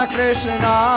Krishna